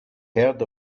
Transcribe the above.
heard